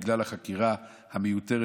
בגלל החקירה המיותרת,